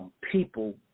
people